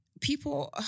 people